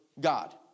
God